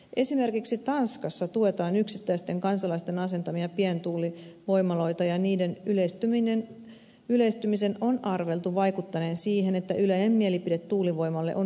esimerkiksi tanskassa tuetaan yksittäisten kansalaisten asentamia pientuulivoimaloita ja niiden yleistymisen on arveltu vaikuttaneen siihen että yleinen mielipide tuulivoimalle on myönteinen